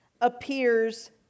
appears